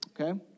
Okay